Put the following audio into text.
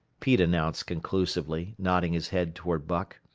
pete announced conclusively, nodding his head toward buck.